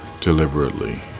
deliberately